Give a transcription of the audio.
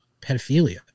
pedophilia